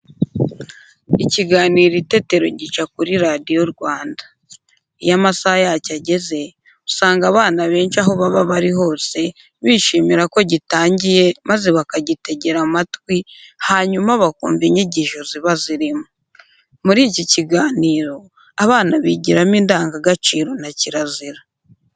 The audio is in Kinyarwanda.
Ikiganiro Itetero gica kuri Radiyo Rwanda. Iyo amasaha yacyo ageze, usanga abana benshi aho baba bari hose bishimira ko gitangiye maze bakagitegera amatwi, hanyuma bakumva inyigisho ziba zirimo. Muri iki kiganiro abana bigiramo indangagaciro na kirazira.